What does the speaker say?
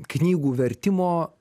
knygų vertimo